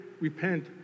repent